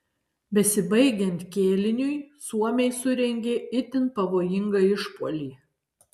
besibaigiant kėliniui suomiai surengė itin pavojingą išpuolį